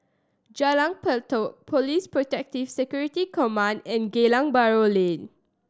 Jalan Pelatok Police Protective Security Command and Geylang Bahru Lane